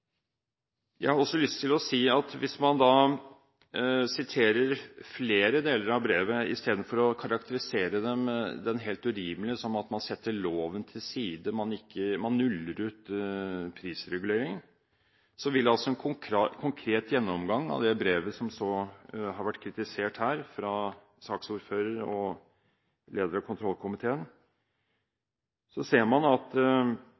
Jeg har også lyst til å si at hvis man siterer flere deler av brevet, i stedet for å karakterisere den helt urimelig som at man setter loven til side – at man nuller ut prisreguleringen – vil man ved en konkret gjennomgang av det brevet som har vært kritisert her av saksordføreren og lederen av kontrollkomiteen, se at